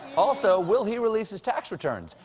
also, will he release his tax returns?